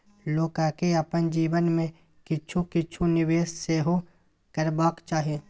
लोककेँ अपन जीवन मे किछु किछु निवेश सेहो करबाक चाही